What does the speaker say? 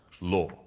law